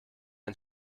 ein